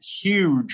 huge